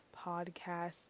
podcast